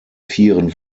vieren